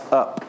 up